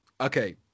Okay